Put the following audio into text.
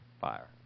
fire